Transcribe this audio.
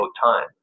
time